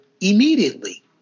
immediately